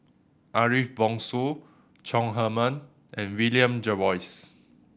Ariff Bongso Chong Heman and William Jervois